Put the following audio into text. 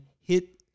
hit